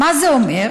מה זה אומר?